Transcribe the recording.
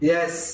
Yes